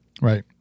Right